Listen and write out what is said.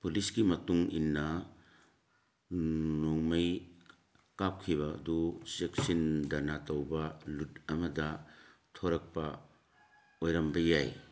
ꯄꯨꯂꯤꯁꯀꯤ ꯃꯇꯨꯡꯏꯟꯅ ꯅꯣꯡꯃꯩ ꯀꯥꯞꯈꯤꯕ ꯑꯗꯨ ꯆꯦꯛꯁꯤꯟꯗꯅ ꯇꯧꯕ ꯂꯨꯠ ꯑꯃꯗ ꯊꯣꯔꯛꯄ ꯑꯣꯏꯔꯝꯕ ꯌꯥꯏ